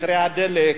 במחירי הדלק.